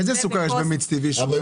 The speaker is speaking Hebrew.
איזה סוכר יש במיץ טבעי של 100%?